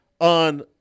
on